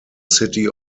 city